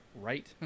right